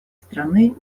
страны